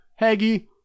Haggy